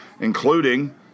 including